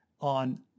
on